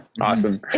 Awesome